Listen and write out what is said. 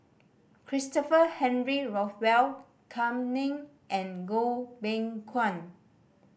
Christopher Henry Rothwell Kam Ning and Goh Beng Kwan